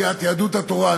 התכנסה סיעת יהדות התורה,